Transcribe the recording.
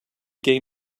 gain